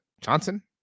Johnson